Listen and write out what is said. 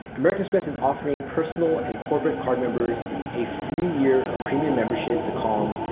american express is offering personal and corporate cardmembers a free year of premium membership to calm,